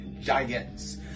Giants